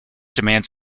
demands